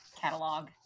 catalog